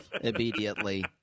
immediately